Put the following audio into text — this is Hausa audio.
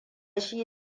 shi